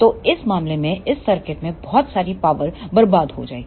तो इस मामले में इस सर्किट में बहुत सारी पावर बर्बाद हो जाएगी